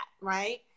right